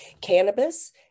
cannabis